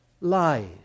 lies